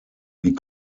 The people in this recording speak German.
wie